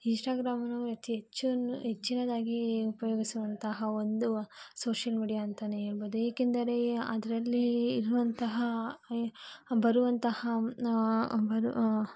Instagram ನಾವು ಅತಿ ಹೆಚ್ಚು ಹೆಚ್ಚಿನದಾಗಿ ಉಪಯೋಗಿಸುವಂತಹ ಒಂದು ಸೋಷಿಯಲ್ ಮೀಡಿಯಾ ಅಂತಲೇ ಹೇಳ್ಬಹುದು ಏಕೆಂದರೆ ಅದರಲ್ಲಿ ಇರುವಂತಹ ಬರುವಂತಹ ಬರು